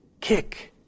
kick